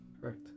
Correct